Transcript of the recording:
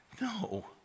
No